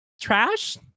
trash